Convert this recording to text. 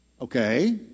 Okay